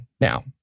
now